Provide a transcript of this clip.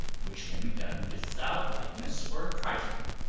which can be done without lightness or trifling.